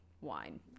wine